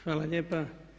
Hvala lijepa.